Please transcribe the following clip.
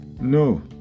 no